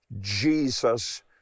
Jesus